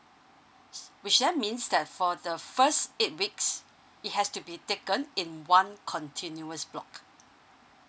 which then means that for the first eight weeks it has to be taken in one continuous block